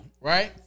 Right